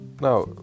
Now